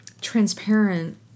transparent